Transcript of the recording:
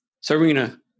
Serena